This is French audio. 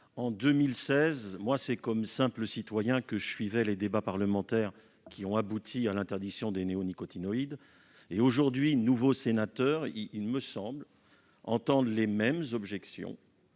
En 2016, comme simple citoyen, j'ai suivi les débats parlementaires qui ont abouti à l'interdiction des néonicotinoïdes. Aujourd'hui, nouveau sénateur, il me semble entendre les mêmes objections,